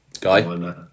Guy